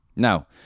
Now